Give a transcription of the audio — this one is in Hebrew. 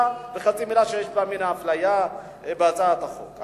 וחצי מלה שיש בה מן האפליה בהצעת החוק.